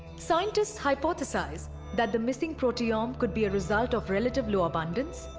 scientists hypothesize that the missing proteome could be a result of relatively low abundance,